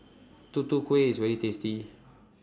Tutu Kueh IS very tasty